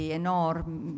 enormi